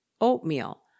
oatmeal